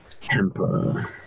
temper